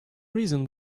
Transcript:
reason